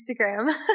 Instagram